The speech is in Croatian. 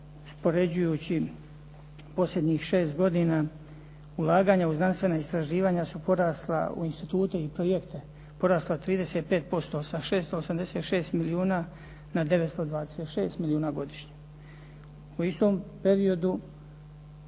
uspoređujući posljednjih šest godina ulaganja u znanstvena istraživanja su porasla u institute i projekte, porasla 35% sa 686 milijuna na 926 milijuna godišnje. U istom periodu